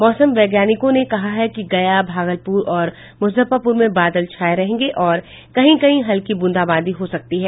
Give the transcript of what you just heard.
मौसम वैज्ञानिकों ने कहा है कि गया भागलपुर और मुजफ्फरपुर में बादल छाये रहेंगे और कहीं कहीं हल्की ब्रंदाबांदी हो सकती है